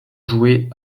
jouée